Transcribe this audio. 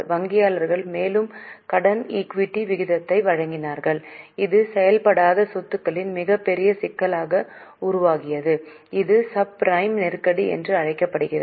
வங்கியாளர்கள் மேலும் மேலும் கடன் ஈக்விட்டி விகிதத்தை வழங்கினர் இது செயல்படாத சொத்துக்களின் மிகப் பெரிய சிக்கல்களை உருவாக்கியது இது சப் பிரைம் நெருக்கடி என்று அழைக்கப்படுகிறது